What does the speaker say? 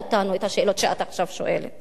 את השאלות שאת שואלת עכשיו.